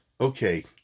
Okay